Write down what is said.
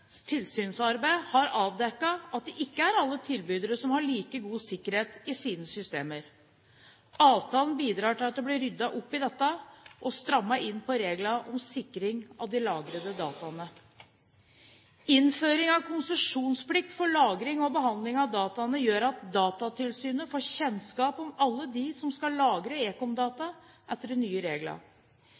tilsynsarbeid har avdekket at det ikke er alle tilbyderne som har like god sikkerhet i sine systemer. Avtalen bidrar til at det blir ryddet opp i dette og strammet inn på reglene om sikring av de lagrede dataene. Innføring av konsesjonsplikt for lagring og behandling av dataene gjør at Datatilsynet får kunnskap om alle dem som skal lagre ekomdata etter de nye